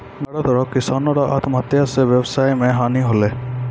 भारत रो किसानो रो आत्महत्या से वेवसाय मे हानी होलै